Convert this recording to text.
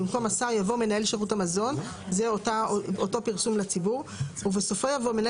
במקום "השר" יבוא "מנהל שירות המזון" ובסופו יבוא "מנהל